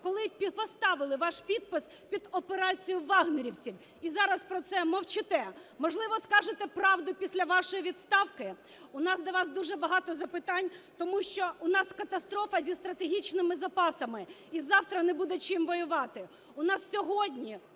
коли поставили ваш підпис під операцією "вагнерівців", і зараз про це мовчите? Можливо, скажете правду після вашої відставки? У нас до вас дуже багато запитань, тому що у нас катастрофа зі стратегічними запасами. І завтра не буде чим воювати.